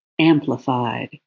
amplified